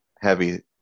heavy